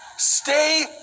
Stay